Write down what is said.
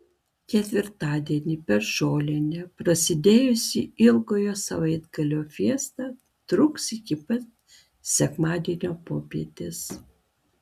ketvirtadienį per žolinę prasidėjusi ilgojo savaitgalio fiesta truks iki pat sekmadienio popietės